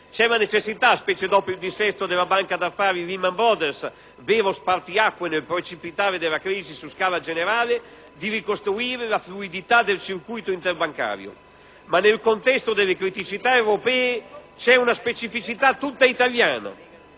c'è la necessità, specie dopo il dissesto della banca d'affari Lehman Brothers, vero spartiacque nel precipitare della crisi su scala generale, di ricostruire la fluidità del circuito interbancario, ma nel contesto delle criticità europee c'è una specificità tutta italiana.